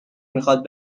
میخواد